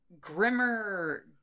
grimmer